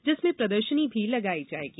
जिसमें प्रदर्शनी भी लगाई जायेगी